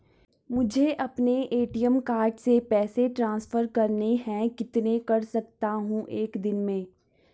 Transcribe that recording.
मुझे अपने ATM card से पैसे ट्रांसफर करने हैं कितने कर सकता हूँ एक दिन में?